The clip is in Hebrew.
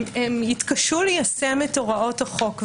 יתקשו ליישם את הוראות חוק.